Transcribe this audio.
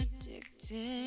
addicted